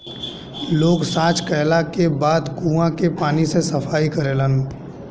लोग सॉच कैला के बाद कुओं के पानी से सफाई करेलन